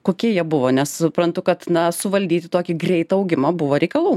kokie jie buvo nes suprantu kad na suvaldyti tokį greitą augimą buvo reikalų